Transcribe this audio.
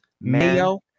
mayo